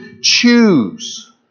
choose